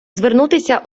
звернутися